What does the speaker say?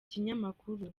kinyamakuru